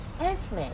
Esme